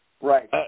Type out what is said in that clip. Right